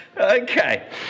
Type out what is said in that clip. Okay